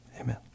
amen